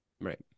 Right